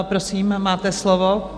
Prosím, máte slovo.